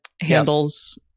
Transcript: handles